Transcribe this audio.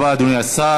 תודה רבה, אדוני השר.